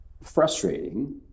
frustrating